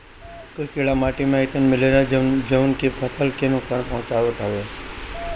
कुछ कीड़ा माटी में अइसनो मिलेलन जवन की फसल के नुकसान पहुँचावत हवे